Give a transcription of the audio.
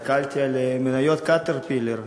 הסתכלתי על מניות "קטרפילר",